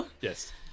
Yes